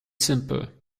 simple